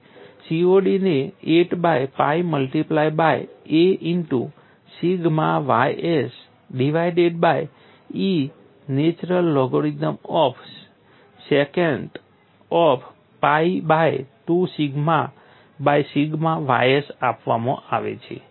COD ને 8 by pi multiply by a into sigma ys divided by E natural logarithm of secant of pi by 2 sigma by sigma ys આપવામાં આવે છે